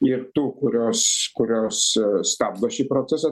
ir tų kurios kurios stabdo šį procesą